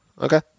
okay